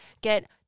get